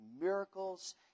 miracles